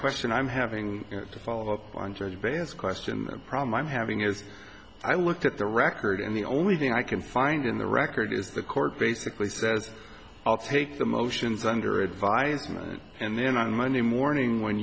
question i'm having to follow up on judge vance question problem i'm having is i looked at the record and the only thing i can find in the record is the court basically says i'll take the motions under advisement and then on monday morning when